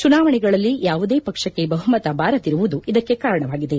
ಚುನಾವಣೆಗಳಲ್ಲಿ ಯಾವುದೇ ಪಕ್ಷಕ್ಷೆ ಬಹುಮತ ಬಾರದಿರುವುದು ಇದಕ್ಕೆ ಕಾರಣವಾಗಿದೆ